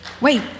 Wait